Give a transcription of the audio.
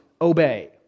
obey